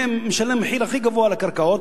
משלם מחיר הכי גבוה על הקרקעות,